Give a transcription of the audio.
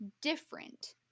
different